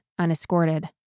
unescorted